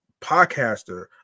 podcaster